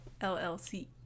LLC